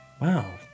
Wow